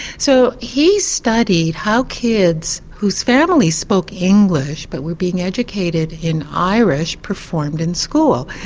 so he studied how kids whose families spoke english but were being educated in irish performed in school,